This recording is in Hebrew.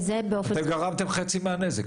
אתם הרי גרמתם כמעט חצי מהנזק,